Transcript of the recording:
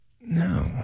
No